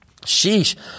Sheesh